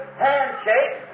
handshake